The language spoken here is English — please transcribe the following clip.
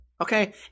Okay